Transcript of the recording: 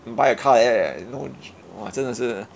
buy a car like that eh no !wah! 真的是